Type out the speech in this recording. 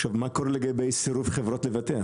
עכשיו מה לגבי סירוב חברות לבטח?